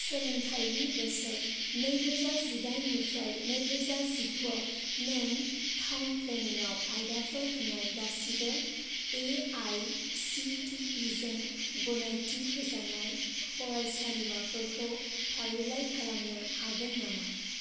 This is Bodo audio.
सोलोंथायरि बोसोर नै रोजा जिडाइननिफ्राइ नै रोजा जिगु आव नों टाउन प्लेनिं आव आयदाफोर होनाय गासिबो एआईसिटिइ जों गनायथि होजानाय फरायसालिमाफोरखौ फारिलाइ खालामनो हागोन नामा